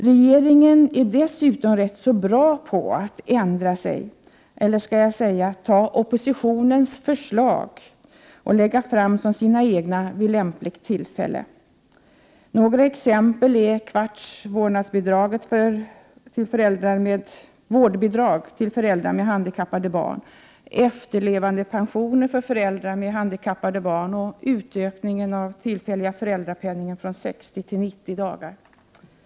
Regeringen är dessutom rätt bra på att ändra sig, eller skall jag säga godta oppositionens förslag och vid lämpligt tillfälle framlägga dem som sina egna. Några exempel på detta är t.ex. ett kvarts vårdnadsbidrag och efterlevandeförmåner för föräldrar med handikappade barn, utökningen av den tillfälliga föräldrapenningen från 60 till 90 dagar osv. Listan kan göras lång.